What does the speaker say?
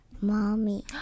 Mommy